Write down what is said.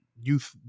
youth